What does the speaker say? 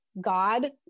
God